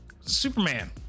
Superman